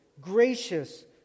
gracious